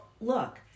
look